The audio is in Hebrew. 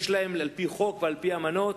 יש להן על-פי חוק ועל-פי אמנות